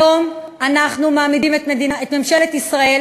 היום אנחנו מעמידים את ממשלת ישראל